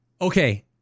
Okay